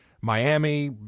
Miami